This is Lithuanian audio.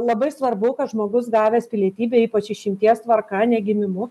labai svarbu kad žmogus gavęs pilietybę ypač išimties tvarka ne gimimu